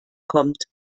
kommt